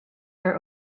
are